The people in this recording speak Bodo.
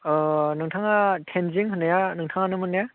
ओ नोंथाङा थेन्जिं होन्नाया नोंथाङानोमोन ने